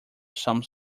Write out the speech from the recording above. some